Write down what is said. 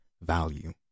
value